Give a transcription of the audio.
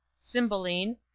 Cymbeline